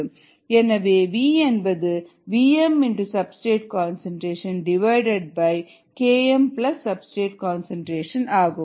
எனவே வி என்பது vmSKmS ஆகும்